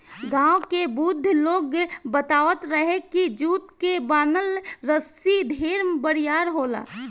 गांव के बुढ़ लोग बतावत रहे की जुट के बनल रसरी ढेर बरियार होला